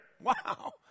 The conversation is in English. Wow